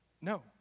no